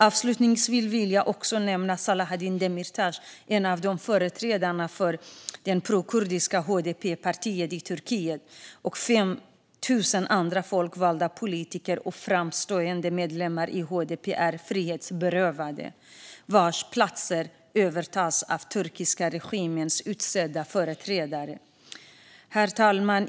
Avslutningsvis vill jag också nämna att Selahattin Demirtas, en av företrädarna för det pro-kurdiska partiet HDP i Turkiet, och 5 000 andra folkvalda politiker och framstående medlemmar i HDP är frihetsberövade och att deras platser övertagits av den turkiska regimens utsedda företrädare. Herr talman!